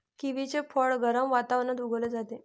किवीचे फळ गरम वातावरणात उगवले जाते